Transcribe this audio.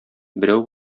берәү